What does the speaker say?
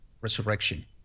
resurrection